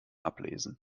ablesen